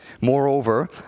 Moreover